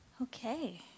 Okay